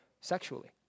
sexually